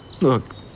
Look